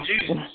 Jesus